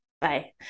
bye